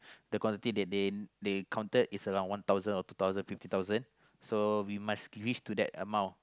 the quantity that they they counted is around one thousand or two thousand fifty thousand so we must reach to that amount